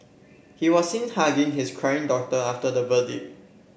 he was seen hugging his crying daughter after the verdict